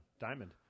Diamond